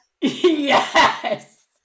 Yes